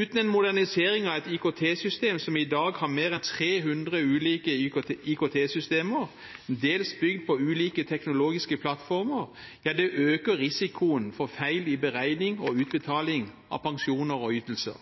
Uten en modernisering av IKT-systemene, som i dag består av mer en 300 ulike undersystemer, dels bygd på ulike teknologiske plattformer, øker risikoen for feil i beregning og utbetaling av pensjoner og ytelser.